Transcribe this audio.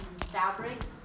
fabrics